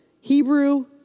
Hebrew